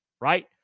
Right